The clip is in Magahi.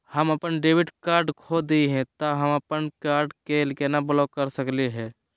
हम अपन डेबिट कार्ड खो दे ही, त हम अप्पन कार्ड के केना ब्लॉक कर सकली हे?